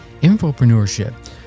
infopreneurship